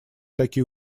такие